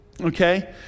okay